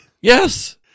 Yes